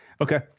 Okay